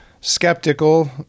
skeptical